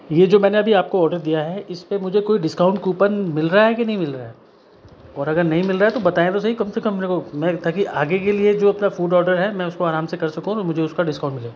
ये जो मैंने अभी आपको ऑर्डर दिया है इसपे मुझे कोई डिस्काउंट कूपन मिल रहा है कि नहीं मिल रहा है और अगर नहीं मिल रहा है तो बताएँ तो सही कम से कम मेरे को मैं ताकी आगे के लिए जो अपना फ़ूड ऑर्डर है मैं उसे आराम से कर सकूँ और मुझे उसका डिस्काउंट मिलें